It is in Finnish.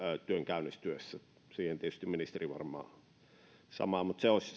työn käynnistyessä siihen tietysti ministeri varmaan se olisi